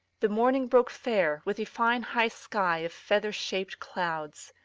the morning broke fair, with a fine high sky of feather-shaped clouds.